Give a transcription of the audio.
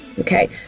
Okay